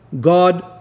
God